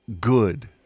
good